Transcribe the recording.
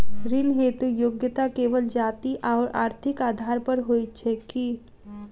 ऋण हेतु योग्यता केवल जाति आओर आर्थिक आधार पर होइत छैक की?